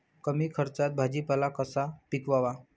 कमी खर्चात भाजीपाला कसा पिकवावा?